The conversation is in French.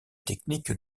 techniques